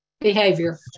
Behavior